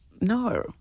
no